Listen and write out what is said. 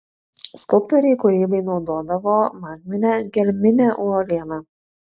skulptoriai kūrybai naudodavo magminę gelminę uolieną